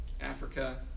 Africa